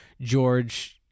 George